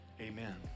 amen